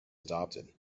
adopted